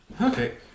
Okay